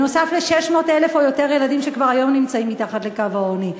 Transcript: נוסף ל-600,000 או יותר ילדים שכבר היום נמצאים מתחת לקו העוני.